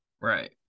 Right